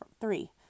three